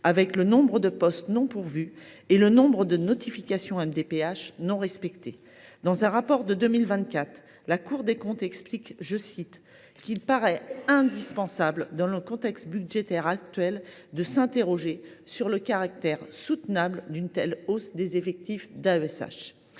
du nombre de postes non pourvus et de celui des notifications MDPH non respectées. Dans son rapport de septembre 2024, la Cour des comptes dispose :« il paraît indispensable, dans le contexte budgétaire actuel, de s’interroger sur le caractère soutenable d’une telle hausse des effectifs d’AESH ».